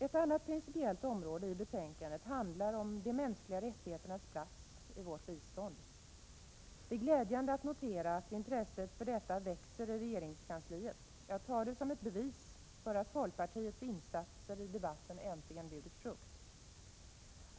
Ett annat principiellt område i betänkandet handlar om de mänskliga rättigheternas plats i vårt bistånd. Det är glädjande att notera att intresset för detta växer i regeringskansliet. Jag tar det som ett bevis för att folkpartiets insatser i debatten äntligen har burit frukt.